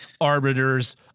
arbiters